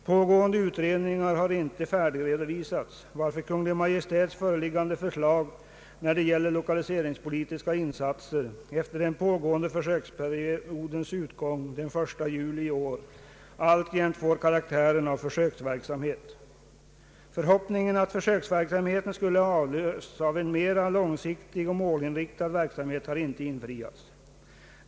Pågående utredningar har inte färdigredovisats, varför Kungl. Maj:ts föreliggande förslag när det gäller lokaliseringspoli tiska insatser efter försöksperiodens utgång den 1 juli i år alltjämt får karaktären av försöksverksamhet. Förhoppningen att försöksverksamheten skulle avlösas av en mera långsiktig och målinriktad verksamhet har inte infriats.